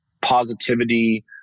positivity